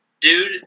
Dude